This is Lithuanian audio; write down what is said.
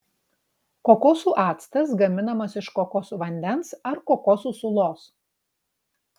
kokosų actas gaminamas iš kokosų vandens ar kokosų sulos